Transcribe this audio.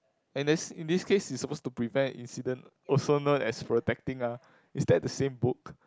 and there's in this case is supposed to prevent incident also known as protecting ah is that the same book